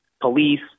police